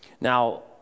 Now